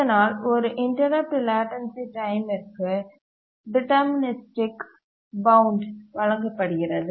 இதனால் ஒரு interrupt latency டைமிற்கு டிட்டர்மினிஸ்டிக் பவுண்ட் வழங்கப்படுகிறது